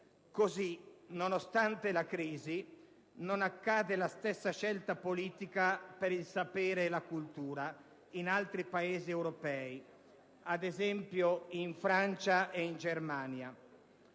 Così, nonostante la crisi, non avvengono le stesse scelte politiche per il sapere e la cultura in altri Paesi europei come, ad esempio, in Francia e in Germania.